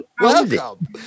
Welcome